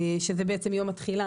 שזה יום התחילה,